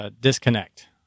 Disconnect